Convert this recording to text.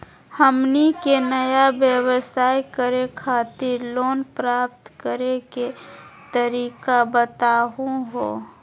हमनी के नया व्यवसाय करै खातिर लोन प्राप्त करै के तरीका बताहु हो?